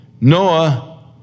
Noah